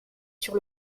sur